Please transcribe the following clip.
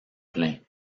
plein